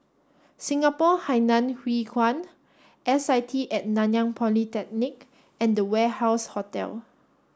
Singapore Hainan Hwee Kuan S I T at Nanyang Polytechnic and The Warehouse Hotel